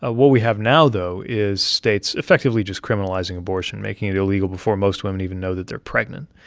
ah what we have now, though, is states effectively just criminalizing abortion, making it illegal before most women even know that they're pregnant.